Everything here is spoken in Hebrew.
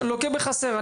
לוקה בחסר.